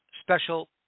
special